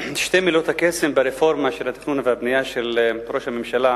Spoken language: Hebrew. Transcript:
מילות הקסם ברפורמה של התכנון והבנייה של ראש הממשלה